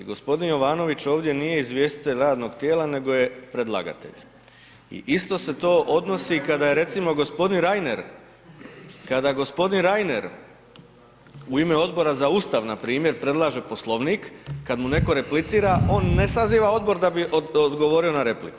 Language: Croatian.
Gospodin Jovanović ovdje nije izvjestitelj radnog tijela, nego je predlagatelj i isto se to odnosi kad aje recimo g. Reiner, kada g. Reiner u ime Odbora za Ustav npr. predlaže Poslovnik, kada mu netko replicira, on ne saziva odbor da bi odgovorio na repliku.